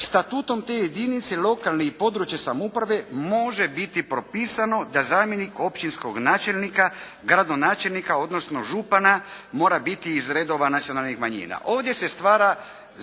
Statutom te jedinice lokalne i područne samouprave može biti propisano da zamjenik općinskog načelnika, gradonačelnika odnosno župana mora biti iz redova nacionalnih manjina."